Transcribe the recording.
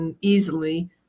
easily